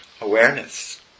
Awareness